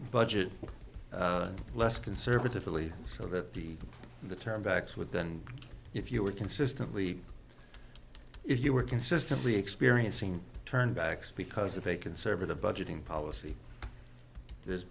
budget less conservatively so that the the term backs with and if you are consistently if you are consistently experiencing turned backs because of a conservative budgeting policy there's